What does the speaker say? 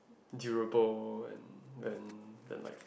durable and than than like